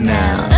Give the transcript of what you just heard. now